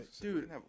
Dude